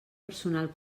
personal